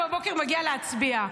07:00, מגיע להצביע.